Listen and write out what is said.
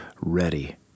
ready